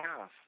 half